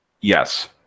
Yes